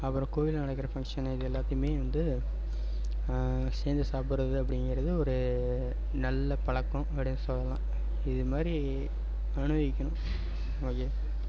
அப்புறோம் கோயிலில் நடக்ககற ஃபங்க்ஷன்னு இது எல்லாத்தையுமே வந்து சேர்ந்து சாப்பிட்றது அப்படிங்கிறது ஒரு நல்ல பழக்கம் அப்படின்னு சொல்லலாம் இது மாதிரி அனுபவிக்கணும் ஓகே